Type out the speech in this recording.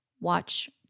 watch